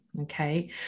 okay